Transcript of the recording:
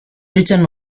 written